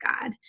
God